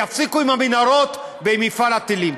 יפסיקו עם המנהרות ועם מפעל הטילים.